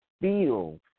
feels